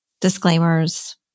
disclaimers